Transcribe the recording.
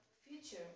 future